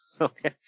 Okay